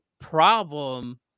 problem